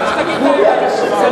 שרק תגיד את האמת.